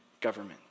government